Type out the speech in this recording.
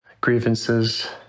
grievances